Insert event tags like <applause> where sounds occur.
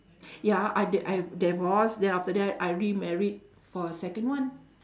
<breath> ya I d~ I divorce and then after that I remarried for a second one